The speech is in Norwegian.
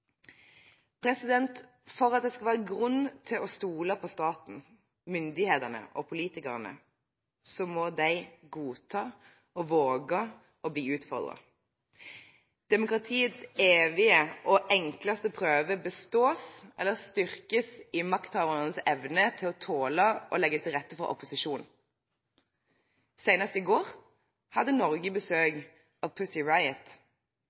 For at det skal være grunn til å stole på staten, myndighetene og politikerne, må de godta og våge å bli utfordret. Demokratiets evige og enkleste prøve bestås eller styrkes gjennom makthavernes evne til å tåle å legge til rette for opposisjon. Senest i går hadde Norge besøk av Pussy